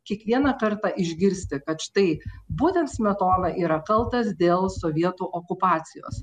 kiekvieną kartą išgirsti kad štai būtent smetona yra kaltas dėl sovietų okupacijos